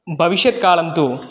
भविष्यत् कालं तु